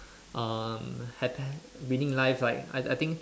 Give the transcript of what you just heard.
um happy winning life like I I think